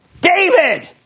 David